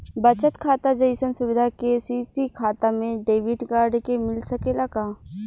बचत खाता जइसन सुविधा के.सी.सी खाता में डेबिट कार्ड के मिल सकेला का?